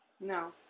No